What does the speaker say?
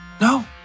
no